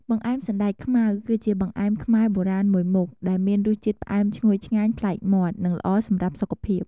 បង្អែមសណ្ដែកខ្មៅ គឺជាបង្អែមខ្មែរបុរាណមួយមុខ ដែលមានរសជាតិផ្អែមឈ្ងុយឆ្ងាញ់ប្លែកមាត់ និងល្អសម្រាប់សុខភាព។